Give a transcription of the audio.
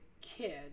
kid